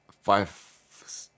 five